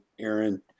aaron